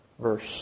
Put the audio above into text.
verse